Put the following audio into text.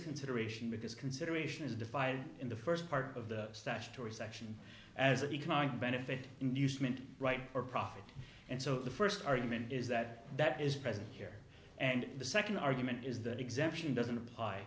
consideration because consideration is defined in the first part of the statutory section as an economic benefit and use meant right or profit and so the first argument is that that is present here and the second argument is that exemption doesn't apply